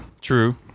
true